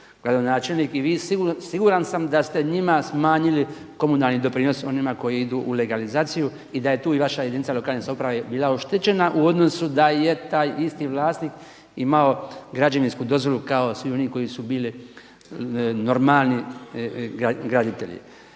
gradonačelnik i vi siguran sam da ste njima smanjili komunalni doprinos onima koji idu u legalizaciju i da je tu i vaša jedinica lokalne samouprave bila oštećena u odnosu da je taj isti vlasnik imao građevinsku dozvolu kao svi oni koji su bili normalni graditelji.